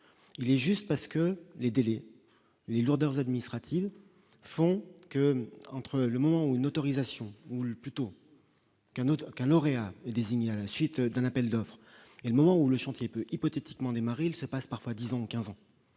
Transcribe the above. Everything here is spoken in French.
il est juste parce que les délits les lourdeurs administratives font que, entre le moment où une autorisation ou l'plutôt qu'un autre qu'un lauréat est désigné à la suite d'un appel d'offres et le moment où le chantier peut hypothétiquement démarre, il se passe parfois 10 ans 15 ans